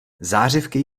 zářivky